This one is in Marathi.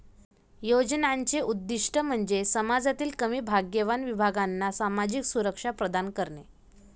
योजनांचे उद्दीष्ट म्हणजे समाजातील कमी भाग्यवान विभागांना सामाजिक सुरक्षा प्रदान करणे